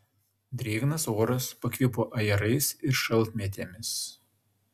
drėgnas oras pakvipo ajerais ir šaltmėtėmis